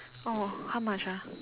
oh how much ah